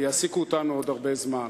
יעסיקו אותנו עוד הרבה זמן,